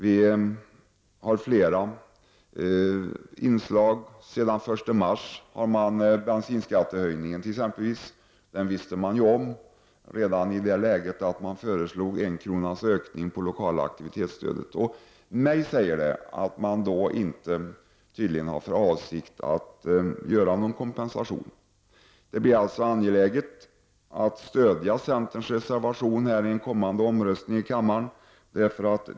Det finns flera inslag. Den 1 mars kom t.ex. bensinskattehöjningen. Den höjningen kände man redan till då man föreslog 1 kronas ökning av det lokala aktivitetsstödet. På mig verkar det som att det inte finns någon avsikt att tillföra någon kompensation. Det är alltså angeläget att stödja centerns reservation i en kommande omröstning i kammaren.